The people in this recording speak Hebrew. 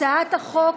לוועדה את הצעת חוק